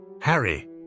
Harry